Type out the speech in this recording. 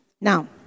now